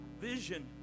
vision